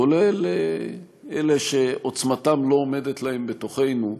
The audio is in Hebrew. כולל לאלה שעוצמתם לא עומדת להם בתוכנו,